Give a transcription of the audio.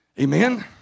Amen